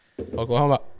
Oklahoma